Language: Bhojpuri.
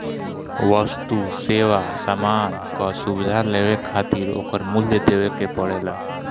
वस्तु, सेवा, सामान कअ सुविधा लेवे खातिर ओकर मूल्य देवे के पड़ेला